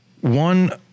One